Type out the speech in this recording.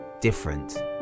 different